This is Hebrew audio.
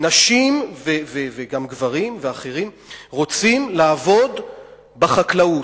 נשים וגם גברים רוצים לעבוד בחקלאות.